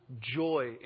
joy